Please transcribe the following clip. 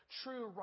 true